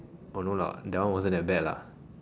or no lah that one wasn't that bad lah